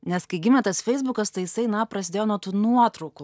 nes kai gimė tas feisbukas tai jisai na prasidėjo nuo tų nuotraukų